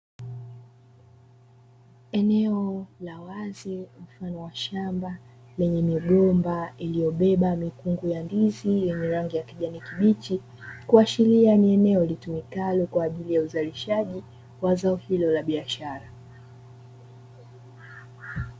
Eneo la wazi mfano wa shamba lenye migomba iliyobeba mikungu ya ndizi yenye rangi ya kijani kibichi, kuashiria ni eneo litumikalo kwa ajili ya uzalishaji wa zao hilo la biashara.